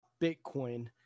Bitcoin